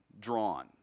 drawn